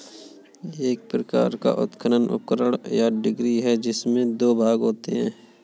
एक प्रकार का उत्खनन उपकरण, या डिगर है, जिसमें दो भाग होते है